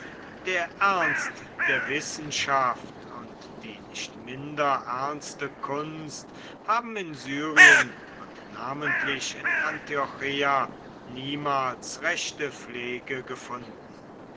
der ernst der wissenschaft und die nicht minder ernste kunst haben in syrien und namentlich in antiocheia niemals rechte pflege gefunden